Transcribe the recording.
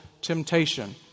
temptation